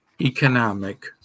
economic